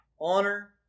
honor